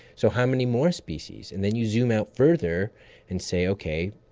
so how many more species? and then you zoom out further and say, okay,